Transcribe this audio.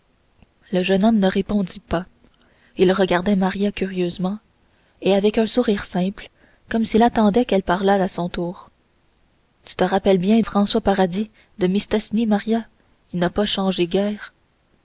le jeune homme ne répondit pas il regardait maria curieusement et avec un sourire simple comme s'il attendait qu'elle parlât à son tour tu te rappelles bien françois paradis de mistassini maria il n'a pas changé guère